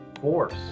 force